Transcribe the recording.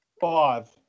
five